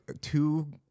two